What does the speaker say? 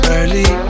Early